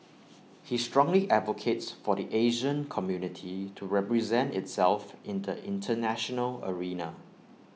he strongly advocates for the Asian community to represent itself in the International arena